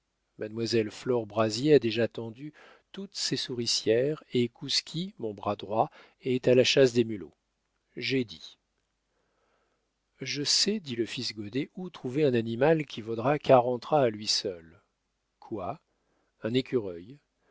flore brazier a déjà tendu toutes ses souricières et kouski mon bras droit est à la chasse des mulots j'ai dit je sais dit le fils goddet où trouver un animal qui vaudra quarante rats à lui seul quoi un écureuil